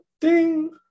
ding